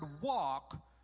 walk